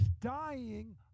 dying